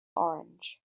orange